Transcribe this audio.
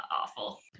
awful